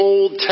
Old